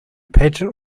pageant